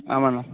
ஆமாண்ண